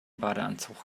badeanzug